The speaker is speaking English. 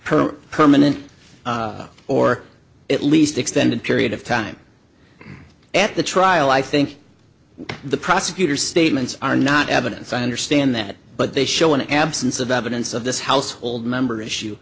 permanent or at least extended period of time at the trial i think the prosecutor statements are not evidence i understand that but they show an absence of evidence of this household member issue